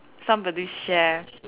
somebody share